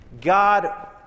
God